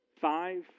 five